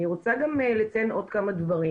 אני רוצה גם לציין עוד כמה דברים,